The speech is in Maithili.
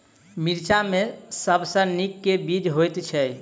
मिर्चा मे सबसँ नीक केँ बीज होइत छै?